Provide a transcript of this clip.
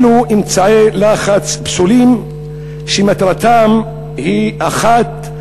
אלו אמצעי לחץ פסולים שמטרתם היא אחת: